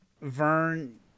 Vern